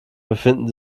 befinden